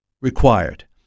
required